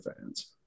fans